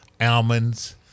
almonds